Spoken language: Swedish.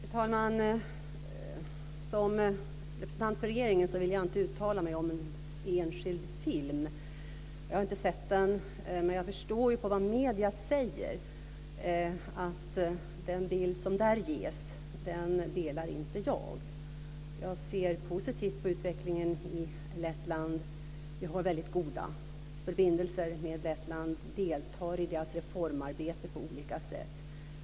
Fru talman! Som representant för regeringen vill jag inte uttala mig om en enskild film. Jag har inte sett den, men av det medierna säger har jag förstått att jag inte delar den bild som där ges. Jag ser positivt på utvecklingen i Lettland. Vi har väldigt goda förbindelser med Lettland. Vi deltar i deras reformarbete på olika sätt.